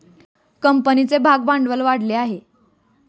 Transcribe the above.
कंपनीचे भागभांडवल वाढले आहे